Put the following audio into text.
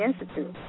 Institute